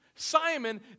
Simon